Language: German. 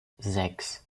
sechs